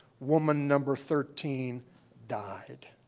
woman number thirteen died